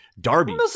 Darby